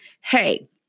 hey